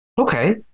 Okay